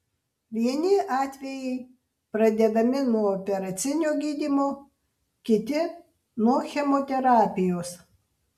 vieni atvejai pradedami nuo operacinio gydymo kiti nuo chemoterapijos